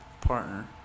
partner